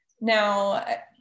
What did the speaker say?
Now